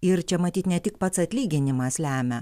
ir čia matyt ne tik pats atlyginimas lemia